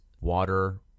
water